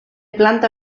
planta